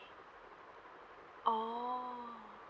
orh